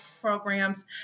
programs